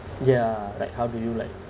ya like how do you like